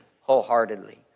wholeheartedly